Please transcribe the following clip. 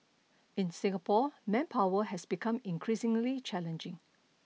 in Singapore manpower has become increasingly challenging